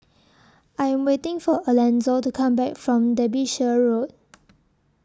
I Am waiting For Alanzo to Come Back from Derbyshire Road